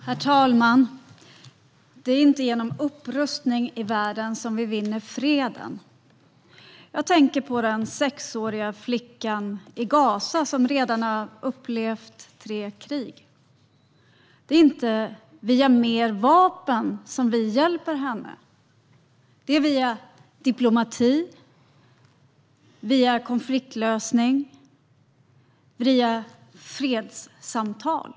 Herr talman! Det är inte genom upprustning i världen som vi vinner freden. Jag tänker på den sexåriga flickan i Gaza som redan har upplevt tre krig. Det är inte via mer vapen som vi hjälper henne. Det gör vi via diplomati, konfliktlösning och fredssamtal.